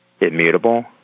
immutable